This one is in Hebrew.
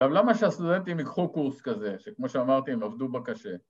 ‫אבל למה שהסטודנטים יקחו קורס כזה, ‫שכמו שאמרתי הם עבדו בו קשה?